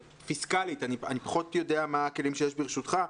פיסקלית, אני פחות יודע מה הכלים שיש ברשותך,